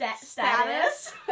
status